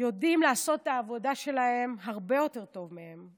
יודעים לעשות את העבודה שלהם הרבה יותר טוב מהם,